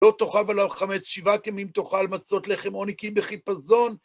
לא תאכל עליו חמץ. שבעת ימים תאכל מצות, לחם עוני, כי בחיפזון.